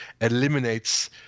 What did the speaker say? eliminates